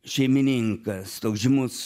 šeimininkas toks žymus